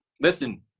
listen